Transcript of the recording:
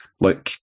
look